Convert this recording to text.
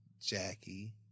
Jackie